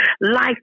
Life